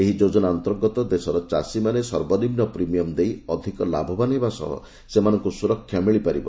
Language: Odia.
ଏହି ଯୋଜନା ଅନ୍ତର୍ଗତ ଦେଶର ଚାଷୀମାନେ ସର୍ବନିମ୍ମ ପ୍ରିମିୟମ୍ ଦେଇ ଅଧିକ ଲାଭବାନ ହେବା ସହ ସେମାନଙ୍କୁ ସୁରକ୍ଷା ମିଳିପାରିବ